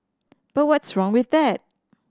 but what's wrong with that